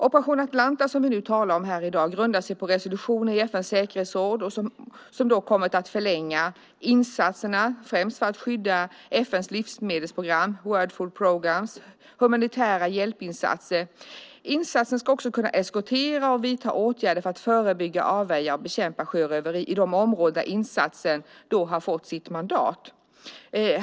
Operation Atalanta, som vi nu talar om här i dag, grundar sig på resolutioner i FN:s säkerhetsråd som kommit att förlänga insatserna, främst för att skydda FN:s livsmedelsprograms, World Food Programme, humanitära hjälpinsatser. Insatsen ska också kunna eskortera och vidta åtgärder för att förebygga, avvärja och bekämpa sjöröveri i de områden där insatsen har fått sitt mandat.